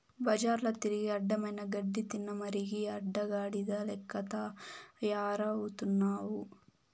బజార్ల తిరిగి అడ్డమైన గడ్డి తినమరిగి అడ్డగాడిద లెక్క తయారవుతున్నావు